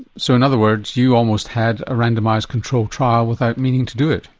so in other words you almost had a randomised control trial without meaning to do it?